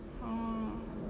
oh